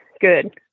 good